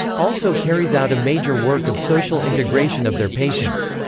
also carries out a major work of social integration of their patients.